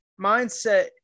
mindset